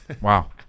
Wow